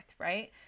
right